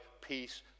peace